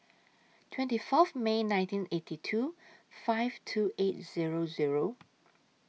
twenty Fourth May nineteen eighty two five two eight Zero Zero